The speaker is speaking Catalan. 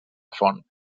font